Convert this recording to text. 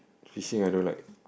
fishing I don't like